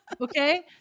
okay